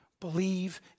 believe